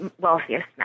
wealthiest